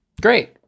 Great